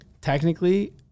Technically